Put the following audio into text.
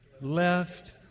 left